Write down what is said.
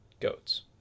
goats